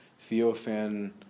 Theophan